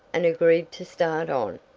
and agreed to start on.